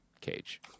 Cage